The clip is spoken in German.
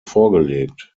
vorgelegt